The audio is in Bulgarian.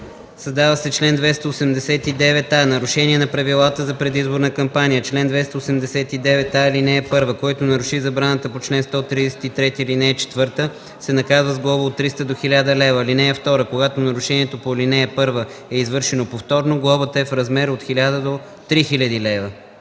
Създава се чл. 289а: „Нарушение на правилата за предизборна кампания Чл. 289а. (1) Който наруши забраната по чл. 133, ал. 4, се наказва с глоба от 300 до 1000 лв. (2) Когато нарушението по ал. 1 е извършено повторно, глобата е в размер от 1000 до 3000 лв.”